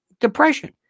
depression